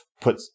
put